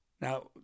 Now